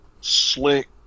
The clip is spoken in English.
slick